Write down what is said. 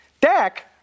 Dak